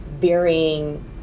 varying